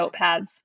notepads